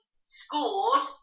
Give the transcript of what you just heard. scored